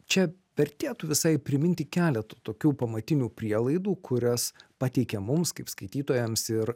čia vertėtų visai priminti keletą tokių pamatinių prielaidų kurias pateikia mums kaip skaitytojams ir